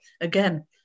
again